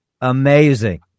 Amazing